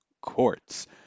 courts